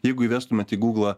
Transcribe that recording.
jeigu įvestumėt į gūglą